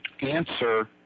answer